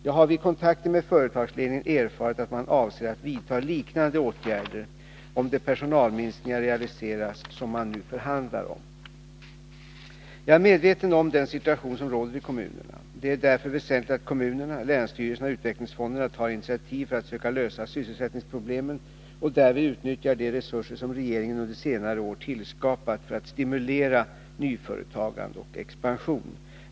Jag har vid kontakter med företagsledningen erfarit att man avser att vidta liknande åtgärder om de personalminskningar realiseras, som man nu förhandlar om. Jag är medveten om den situation som råder i kommunerna. Det är därför väsentligt att kommunerna, länsstyrelserna och utvecklingsfonderna tar initiativ för att söka lösa sysselsättningsproblemen och därvid utnyttjar de resurser regeringen under senare år tillskapat för att stimulera nyföretagande och expansion.